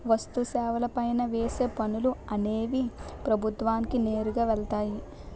వస్తు సేవల పైన వేసే పనులు అనేవి ప్రభుత్వానికి నేరుగా వెళ్తాయి